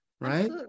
right